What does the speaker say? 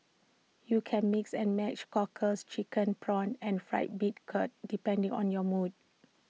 you can mix and match Cockles Chicken Prawns and Fried Bean Curd depending on your mood